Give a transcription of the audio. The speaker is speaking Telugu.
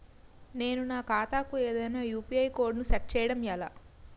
నేను నా ఖాతా కు ఏదైనా యు.పి.ఐ కోడ్ ను సెట్ చేయడం ఎలా?